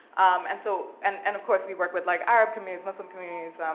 and so and and, of course, we work with like arab communities, muslim communities,